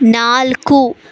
ನಾಲ್ಕು